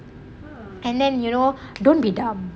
and then you know don't be dumb